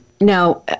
Now